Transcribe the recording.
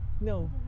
No